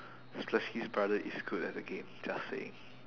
splashske's brother is good at the game just saying